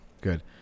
Good